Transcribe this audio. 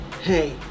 Hey